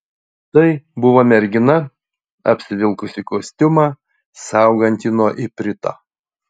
tai buvo mergina apsivilkusi kostiumą saugantį nuo iprito